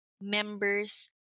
members